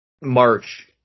March